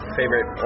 favorite